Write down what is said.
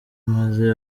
maze